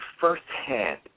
firsthand